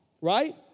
right